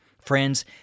Friends